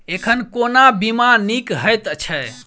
एखन कोना बीमा नीक हएत छै?